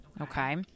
okay